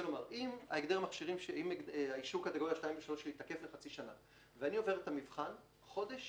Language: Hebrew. אם אישור הקטגוריה 2 ו-3 תקף לחצי שנה ואני עובר את המבחן חודש